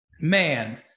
Man